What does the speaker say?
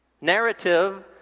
narrative